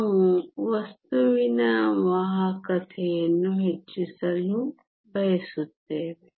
ನಾವು ವಸ್ತುವಿನ ವಾಹಕತೆಯನ್ನು ಹೆಚ್ಚಿಸಲು ಬಯಸುತ್ತೇವೆ